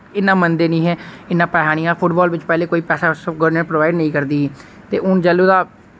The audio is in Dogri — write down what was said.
इन्ना मनदे नि हे इन्ना पैसा नि ऐ हा फुटबाल बिच पैह्ले कोई पैसा गोरमैंट प्रोवाइड नेईं करदी ही ते हुन जैलु दा